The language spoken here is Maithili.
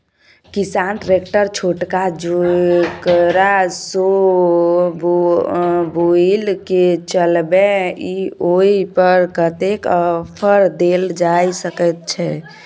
किसान ट्रैक्टर छोटका जेकरा सौ बुईल के चलबे इ ओय पर कतेक ऑफर दैल जा सकेत छै?